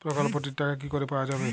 প্রকল্পটি র টাকা কি করে পাওয়া যাবে?